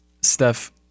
Steph